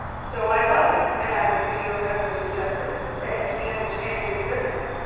so i was, and i will do your husband the justice to say that he understands his business.